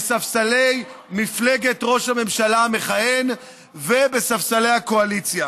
בספסלי מפלגת ראש הממשלה המכהן ובספסלי הקואליציה.